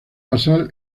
basal